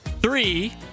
Three